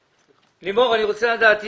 אני רוצה לדעת,